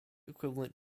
equivalent